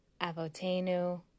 Avotenu